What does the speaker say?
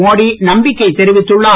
மோடி நம்பிக்கை தெரிவித்துள்ளார்